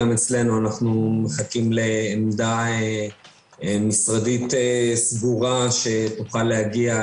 גם אצלנו אנחנו מחכים לעמדה משרדית סדורה שתוכל להגיע,